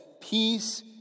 Peace